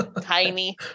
tiny